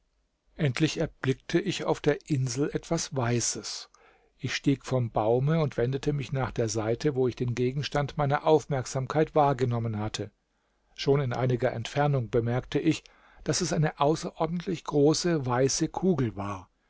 endlich erblickte ich auf der insel etwas weißes ich stieg vom baume und wendete mich nach der seite wo ich den gegenstand meiner aufmerksamkeit wahrgenommen hatte schon in einiger entfernung bemerkte ich daß es eine außerordentlich große weiße kugel war